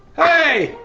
hey!